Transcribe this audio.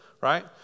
right